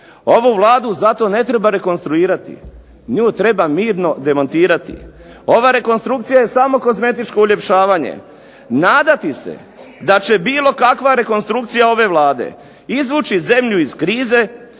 ovu Vladu zato ne treba rekonstruirati, nju treba mirno demontirati. Ova rekonstrukcija je samo kozmetičko uljepšavanje. Nadati se da će bilo kakva rekonstrukcija ove Vlade izvući zemlju iz krize